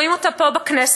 רואים אותו פה בכנסת,